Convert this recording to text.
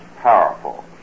powerful